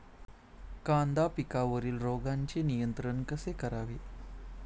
कांदा पिकावरील रोगांचे नियंत्रण कसे करावे?